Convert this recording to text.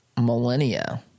millennia